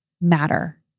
matter